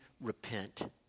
repent